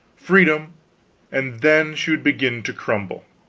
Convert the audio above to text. freedom and then she would begin to crumble.